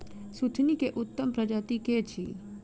सुथनी केँ उत्तम प्रजाति केँ अछि?